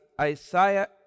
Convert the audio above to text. Isaiah